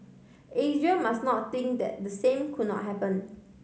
Asia must not think that the same could not happen